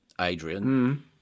Adrian